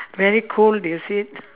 very cold is it